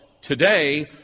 Today